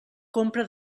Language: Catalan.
compra